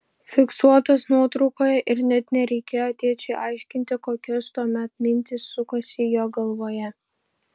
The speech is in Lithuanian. fiksuotas nuotraukoje ir net nereikėjo tėčiui aiškinti kokios tuomet mintys sukosi jo galvoje